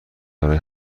برای